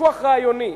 ויכוח רעיוני,